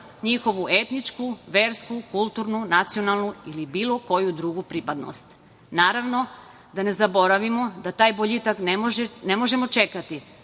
njihovu etičku, versku, kulturnu, nacionalnu i bilo koju drugu pripadnost. Da ne zaboravimo da taj boljitak ne možemo čekati